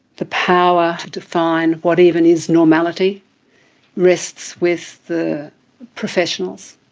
the power to define what even is normality rests with the professionals,